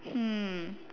hmm